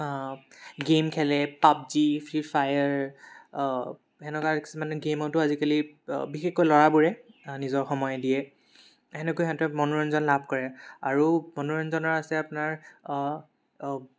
game খেলে PUBG Free Fire সেনেকুৱা কিছুমান গেইমতো আজিকালি বিশেষকৈ ল'ৰাবোৰে নিজৰ সময় দিয়ে সেনেকৈ সিহঁতে মনোৰঞ্জন লাভ কৰে আৰু মনোৰঞ্জনৰ আছে আপোনাৰ